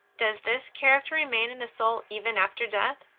does this character remain in the soul even after death?